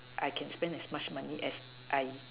I can spend as much money as I